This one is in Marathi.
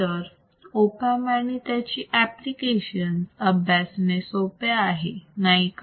तर ऑप अँप आणि त्याची एप्लिकेशन्स अभ्यासणे सोपे आहे नाही का